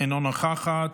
אינה נוכחת.